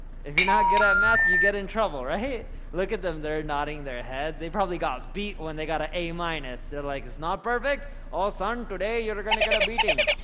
if you're not good at math, you get in trouble right. hey look at them they're nodding their heads, they probably got beat when they got ah an a-minus. they're like it's not perfect oh son, today you're gonna get a beating.